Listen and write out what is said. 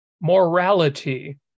morality